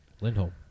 Lindholm